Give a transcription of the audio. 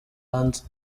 hanze